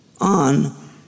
on